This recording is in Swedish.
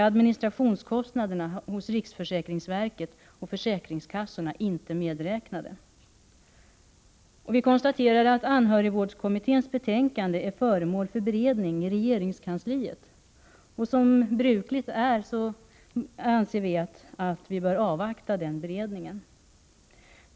Administrationskostnaderna hos riksförsäkringsverket och försäkringskassorna är då inte medräknade. Vi konstaterar att anhörigvårdskommitténs betänkande är föremål för beredning i regeringskansliet, och vi anser att man, som brukligt är, bör avvakta den beredningen.